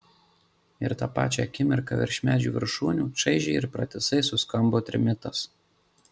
ir tą pačią akimirką virš medžių viršūnių čaižiai ir pratisai suskambo trimitas